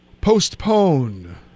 postpone